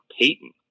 Payton